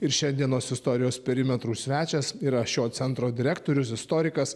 ir šiandienos istorijos perimetrų svečias yra šio centro direktorius istorikas